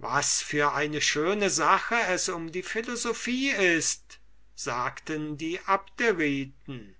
was für eine schöne sache es um die philosophie ist sagten die abderiten